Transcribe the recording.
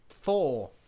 Four